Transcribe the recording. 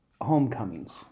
homecomings